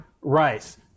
Rice